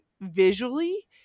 visually